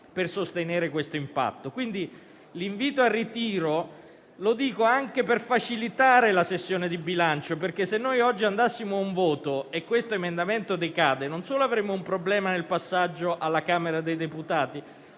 per sostenere questo impatto. L'invito al ritiro, quindi, è rivolto anche per facilitare la sessione di bilancio. Infatti, se oggi andassimo a un voto e questo emendamento decadesse, non solo avremmo un problema nel passaggio alla Camera dei deputati,